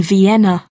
Vienna